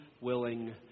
willing